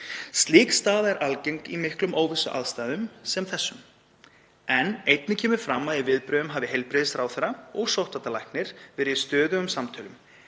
Slík staða er algeng í miklum óvissuaðstæðum sem þessum. En einnig kemur fram að í viðbrögðum hafi heilbrigðisráðherra og sóttvarnalæknir verið í stöðugum samtölum.